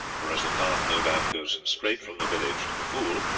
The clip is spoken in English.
for as the path no doubt goes straight from the village to the pool,